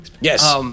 Yes